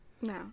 no